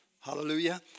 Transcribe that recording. hallelujah